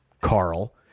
Carl